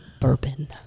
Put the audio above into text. bourbon